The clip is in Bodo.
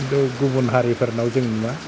गोदो गुबुन हारिफोरनाव जों नुवा